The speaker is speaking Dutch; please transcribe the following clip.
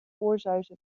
oorsuizen